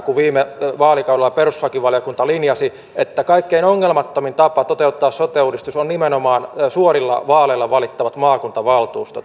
viime vaalikaudella perustuslakivaliokunta linjasi että kaikkein ongelmattomin tapa toteuttaa sote uudistus on nimenomaan suorilla vaaleilla valittavat maakuntavaltuustot